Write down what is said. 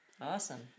Awesome